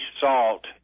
salt